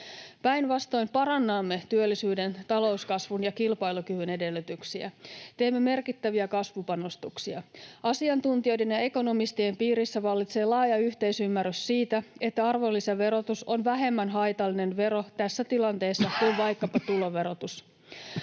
Päinvastoin parannamme työllisyyden, talouskasvun ja kilpailukyvyn edellytyksiä. Teemme merkittäviä kasvupanostuksia. Asiantuntijoiden ja ekonomistien piirissä vallitsee laaja yhteisymmärrys siitä, että arvonlisäverotus on vähemmän haitallinen vero tässä tilanteessa kuin vaikkapa tuloverotus.